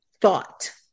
thought